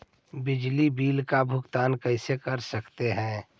बिजली बिल का भुगतान कैसे कर सकते है?